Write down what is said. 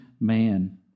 man